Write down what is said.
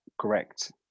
correct